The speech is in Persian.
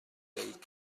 بیایید